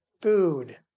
food